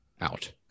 out